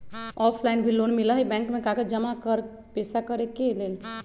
Offline भी loan मिलहई bank में कागज जमाकर पेशा करेके लेल?